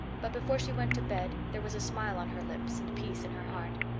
but before she went to bed there was a smile on her lips and peace in her heart.